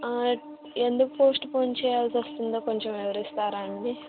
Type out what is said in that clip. ఎందుకు postpone చెయ్యాల్సివస్తుందో కొంచెం వివరిస్తారా అండి